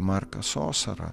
marką sosarą